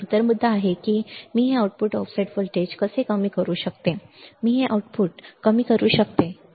तर मुद्दा आहे मी हे आउटपुट ऑफसेट व्होल्टेज कसे कमी करू शकतो मी हे आउटपुट कमी कसे करू शकतो